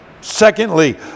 Secondly